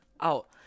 out